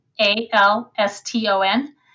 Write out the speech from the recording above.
A-L-S-T-O-N